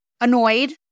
annoyed